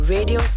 Radio